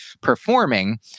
performing